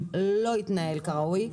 לא התנהל כראוי.